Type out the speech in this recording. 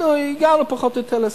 אנחנו הגענו פחות או יותר להסכמה,